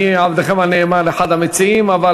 הצעות לסדר-היום מס' 431 ו-449.